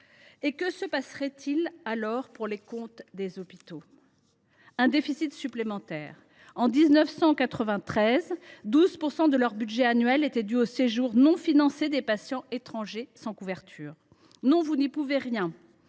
Que se passerait il alors pour les hôpitaux ? Leurs comptes enregistreraient un déficit supplémentaire. En 1993, 12 % de leur budget annuel était dû au séjour non financé des patients étrangers sans couverture. Non, vous n’y pouvez rien.